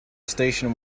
station